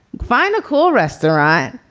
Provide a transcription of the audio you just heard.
find a cool restaurant,